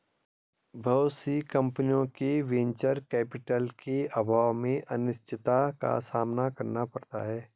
बहुत सी कम्पनियों को वेंचर कैपिटल के अभाव में अनिश्चितता का सामना करना पड़ता है